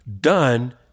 done